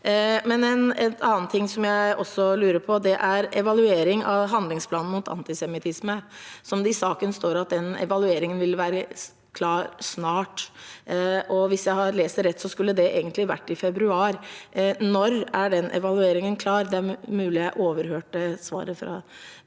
En annen ting jeg lurer på, gjelder evalueringen av handlingsplanen mot antisemittisme. I saken står det at evalueringen vil være klar snart. Hvis jeg leser det rett, skulle det egentlig vært i februar. Når er den evalueringen klar? Det er mulig jeg overhørte svaret fra